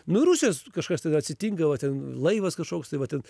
nu ir rusijos kažkas ten atsitinka va ten laivas kažkoks tai va ten